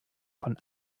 von